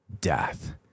death